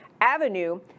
avenue